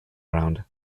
ground